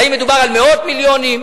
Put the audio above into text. האם מדובר על מאות מיליונים?